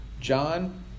John